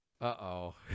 Uh-oh